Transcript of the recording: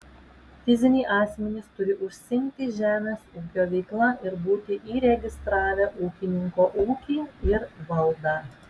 fiziniai asmenys turi užsiimti žemės ūkio veikla ir būti įregistravę ūkininko ūkį ir valdą